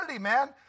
man